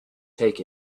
take